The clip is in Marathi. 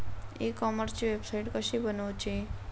ई कॉमर्सची वेबसाईट कशी बनवची?